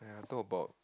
talk about